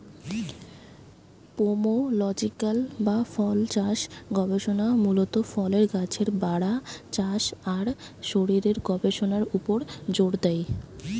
pomological বা ফলচাষ গবেষণা মূলত ফলের গাছের বাড়া, চাষ আর শরীরের গবেষণার উপর জোর দেয়